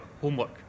homework